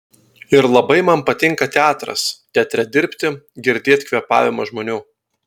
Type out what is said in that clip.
ir labai man patinka teatras teatre dirbti girdėt kvėpavimą žmonių